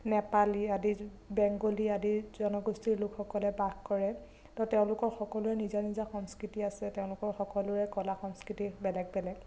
নেপালী আদি বেংগোলী আদি জনগোষ্ঠীৰ লোকসকলে বাস কৰে তো তেওঁলোকৰ সকলোৰে নিজৰ নিজৰ সংস্কৃতি আছে তেওঁলোকৰ সকলোৰে কলা সংস্কৃতি বেলেগ বেলেগ